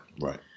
Right